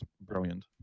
brilliant